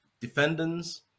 defendants